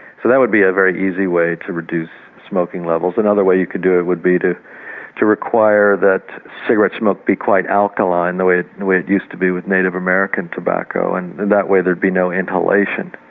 so that would be a very easy way to reduce smoking levels. another way you could do it would be to to require that cigarette smoke be quite alkaline, the way way it used to be with native american tobacco, and that way there'd be no inhalation.